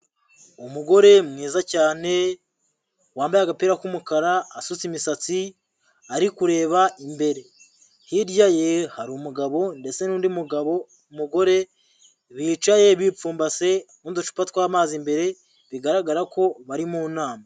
Umugore mwiza cyane wambaye agapira k'umukara, asutse imisatsi ari kureba imbere, hirya ye hari umugabo ndetse n'undi mugabo, mugore bicaye bipfumbase n'uducupa tw'amazi mbere bigaragara ko bari mu nama.